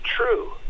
true